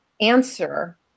answer